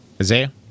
Isaiah